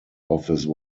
office